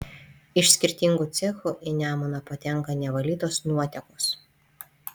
iš skirtingų cechų į nemuną patenka nevalytos nuotekos